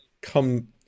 come